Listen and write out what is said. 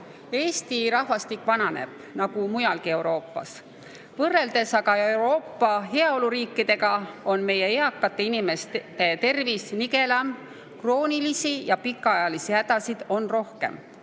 Eestis rahvastik vananeb nagu mujalgi Euroopas. Võrreldes aga Euroopa heaoluriikidega on meie eakate inimeste tervis nigelam, kroonilisi ja pikaajalisi hädasid on rohkem.